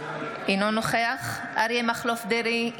אינו נוכח אריה מכלוף דרעי,